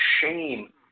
shame